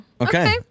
Okay